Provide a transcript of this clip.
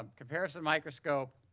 um comparison microscope,